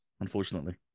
unfortunately